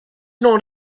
not